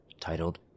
titled